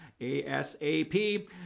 ASAP